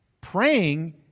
Praying